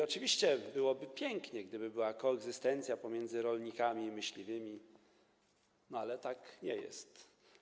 Oczywiście byłoby pięknie, gdyby była koegzystencja pomiędzy rolnikami i myśliwymi, ale tak nie jest.